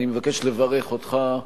אני מבקש לברך אותך.